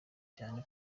cyane